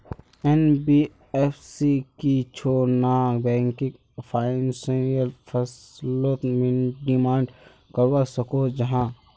NBFC की छौ non banking financial फसलोत डिमांड करवा सकोहो जाहा?